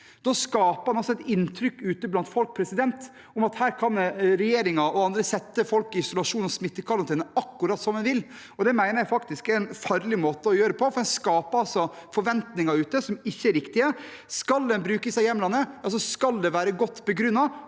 Da skaper man et inntrykk ute blant folk om at her kan regjeringen og andre sette folk i isolasjon og smittekarantene akkurat som en vil. Det mener jeg faktisk er en farlig måte å gjøre det på, for en skaper forventninger som ikke er riktige. Skal en bruke disse hjemlene, skal det være godt begrunnet,